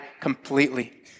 completely